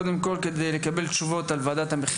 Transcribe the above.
קודם כול כדי לקבל תשובות על המחירים,